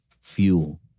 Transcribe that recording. fuel